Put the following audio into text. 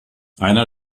einer